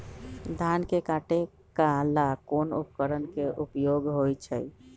धान के काटे का ला कोंन उपकरण के उपयोग होइ छइ?